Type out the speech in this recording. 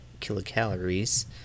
kilocalories